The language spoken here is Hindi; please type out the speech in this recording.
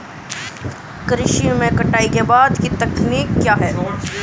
कृषि में कटाई के बाद की तकनीक क्या है?